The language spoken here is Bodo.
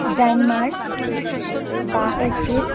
जिदाइन मार्स बा एप्रिल